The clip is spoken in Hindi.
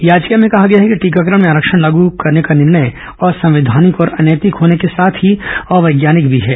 याचिका में कहा गया है कि टीकाकरण में आरक्षण लागू करने का निर्णय असंवैधानिक और अनैतिक होने के साथ ही अवैज्ञानिक भी है